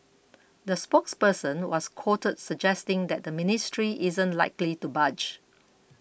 the spokesperson was quoted suggesting that the ministry isn't likely to budge